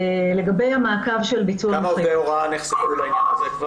כמה עובדי הוראה נחשפו לעניין הזה?